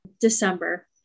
December